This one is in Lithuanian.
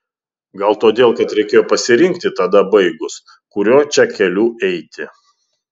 gal todėl kad reikėjo pasirinkti tada baigus kuriuo čia keliu eiti